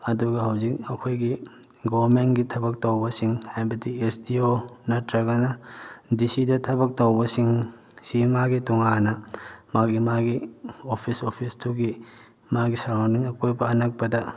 ꯑꯗꯨꯒ ꯍꯧꯖꯤꯛ ꯑꯩꯈꯣꯏꯒꯤ ꯒꯣꯃꯦꯟꯒꯤ ꯊꯕꯛ ꯇꯧꯕꯁꯤꯡ ꯍꯥꯏꯕꯗꯤ ꯑꯦꯁ ꯗꯤ ꯑꯣ ꯅꯠꯇ꯭ꯔꯒꯅ ꯗꯤ ꯁꯤꯗ ꯊꯕꯛ ꯇꯧꯕꯁꯤꯡꯁꯤ ꯃꯥꯒꯤ ꯇꯣꯉꯥꯟꯅ ꯃꯥꯒꯤ ꯃꯥꯒꯤ ꯑꯣꯐꯤꯁ ꯑꯣꯐꯤꯁꯇꯨꯒꯤ ꯃꯥꯒꯤ ꯁꯔꯥꯎꯟꯗꯤꯡ ꯑꯀꯣꯏꯕ ꯑꯅꯛꯄꯗ